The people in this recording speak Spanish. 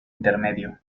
intermedio